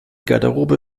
garderobe